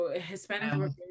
Hispanic